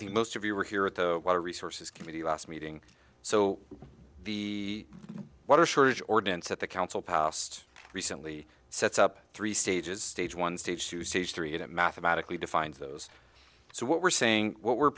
think most of you were here at the water resources committee last meeting so the water shortage ordinance that the council passed recently sets up three stages stage one stage to stage three it mathematically defines those so what we're saying what we're